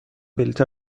بلیط